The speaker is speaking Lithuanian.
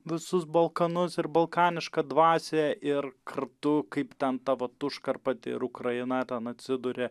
visus balkanus ir balkanišką dvasią ir kartu kaip tą tavo užkarpatė ir ukraina ten atsiduria